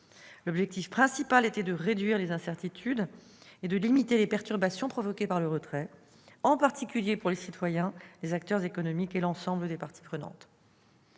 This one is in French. L'objectif principal était de réduire les incertitudes et de limiter les perturbations provoquées par le retrait, en particulier pour les citoyens, les acteurs économiques et l'ensemble des parties prenantes.